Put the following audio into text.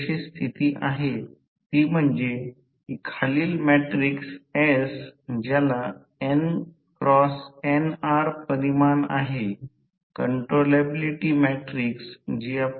आता दुसरी गोष्ट म्हणजे व्होल्टेज नियमन ही खूप सोपी गोष्ट आहे